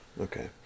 Okay